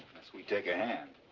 we take a hand.